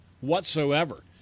whatsoever